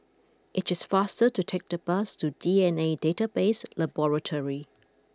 it is faster to take the bus to D N A Database Laboratory